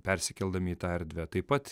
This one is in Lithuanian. persikeldami į tą erdvę taip pat